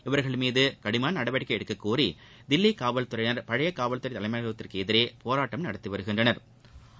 இவர்கள் மீது கடுமையான நடவடிக்கை எடுக்கக்கோரி தில்லி காவல்துறையினா் பழைய காவல்துறை தலைமை அலுவலகத்திற்கு எதிரே போராட்டம் நடத்தி வருகின்றனா்